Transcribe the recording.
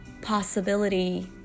possibility